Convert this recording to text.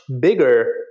bigger